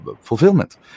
fulfillment